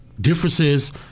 differences